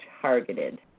targeted